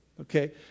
Okay